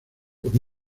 por